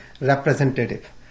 representative